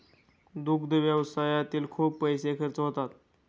दुग्ध व्यवसायातही खूप पैसे खर्च होतात